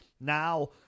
Now